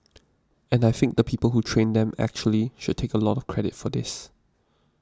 and I think the people who trained them actually should take a lot of credit for this